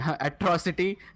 atrocity